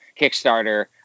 Kickstarter –